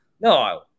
No